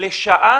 לשעה